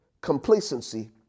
complacency